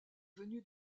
venues